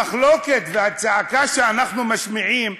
המחלוקת והצעקה שאנחנו משמיעים,